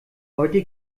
heute